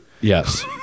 Yes